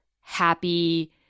happy